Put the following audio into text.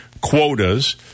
quotas